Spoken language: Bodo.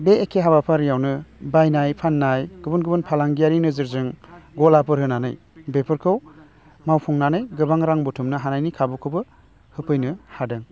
बे एखे हाबाफारियावनो बायनाय फाननाय गुबुन गुबुन फालांगियारि नोजोरजों गलाफोर होनानै बेफोरखौ मावफुंनानै गोबां रां बुथुमनो हानायनि खाबुखौबो होफैनो हादों